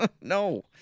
No